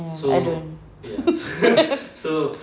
ya I don't